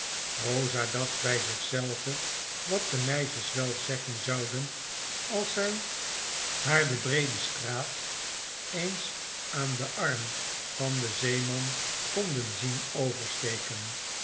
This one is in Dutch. eosa dacht by zich zelve wat de meisjes wel zeggen zouden als zjj haar de breede straat eens aan den arm van den zeeman konden zien oversteken